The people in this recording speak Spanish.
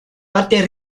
parte